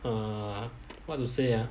err what to say ah